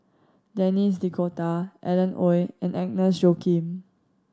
Denis D'Cotta Alan Oei and Agnes Joaquim